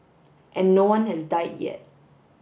and no one has died yet